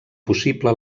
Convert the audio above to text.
possible